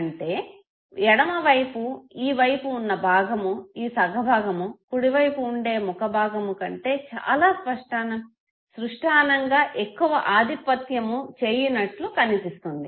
అంటే ఎడమ వైపు ఈ వైపు ఉన్న భాగము ఈ సగ భాగము కుడి వైపు ఉండే ముఖ భాగముకంటే చాలా స్పష్టానంగా ఎక్కువ ఆధిపత్యము చేయునట్టు కనిపిస్తుంది